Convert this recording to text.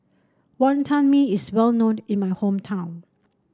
Wonton Mee is well known in my hometown